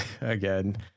again